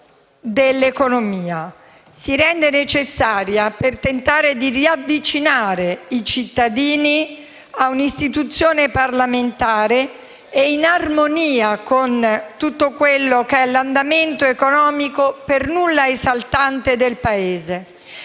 dell'economia. Essa si rende necessaria per tentare di riavvicinare i cittadini all'istituzione parlamentare, in armonia con l'andamento economico per nulla esaltante del Paese.